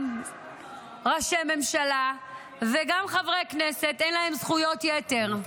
גם לראשי ממשלה וגם לחברי כנסת אין זכויות יתר.